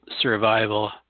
survival